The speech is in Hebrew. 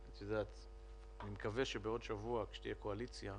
אורית, אני מקווה שבעוד שבוע, כשתהיה קואליציה,